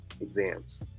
exams